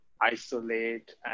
isolate